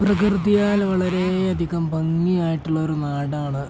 പ്രകൃതിയാൽ വളരേയധികം ഭംഗിയായിട്ടുള്ള ഒരു നാടാണ്